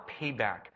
payback